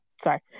sorry